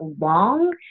long